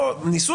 ניסו,